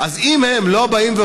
אז אם הם לא באים ואומרים,